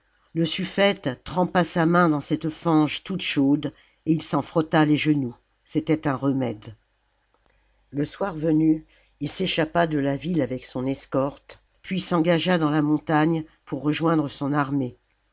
le suffete trempa sa main dans cette fange toute chaude et il s'en frotta les genoux c'était un remède le soir venu il s'échappa de la ville avec son escorte puis s'engagea dans la montagne pour rejoindre son armée